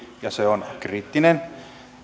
ja se on kriittinen